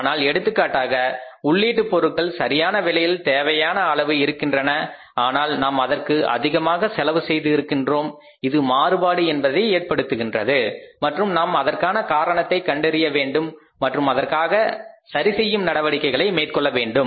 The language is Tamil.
ஆனால் எடுத்துக்காட்டாக உள்ளீட்டுப் பொருட்கள் சரியான விலையில் தேவையான அளவு இருக்கின்றன ஆனால் நாம் அதற்கு அதிகமாக செலவு செய்து இருக்கின்றோம் இது மாறுபாடு என்பதை ஏற்படுத்துகின்றது மற்றும் நாம் அதற்கான காரணத்தை கண்டறிய வேண்டும் மற்றும் அதற்கான சரிசெய்யும் நடவடிக்கைகளை மேற்கொள்ள வேண்டும்